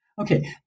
okay